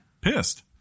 pissed